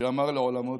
שאמר לעולמו די,